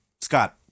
Scott